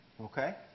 okay